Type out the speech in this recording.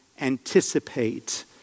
anticipate